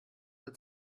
der